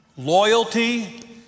Loyalty